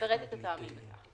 יפרט את הטעמים לכך.